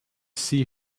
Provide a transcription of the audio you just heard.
see